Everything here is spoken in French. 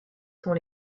sont